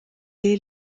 est